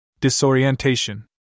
Disorientation